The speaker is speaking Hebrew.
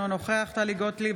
אינו נוכח טלי גוטליב,